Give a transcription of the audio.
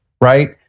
right